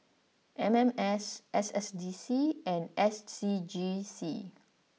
M M S S S D C and S C G C